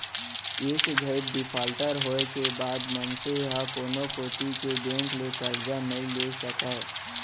एक घइत डिफाल्टर होए के बाद मनसे ह कोनो कोती के बेंक ले करजा नइ ले सकय